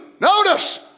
notice